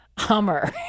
Hummer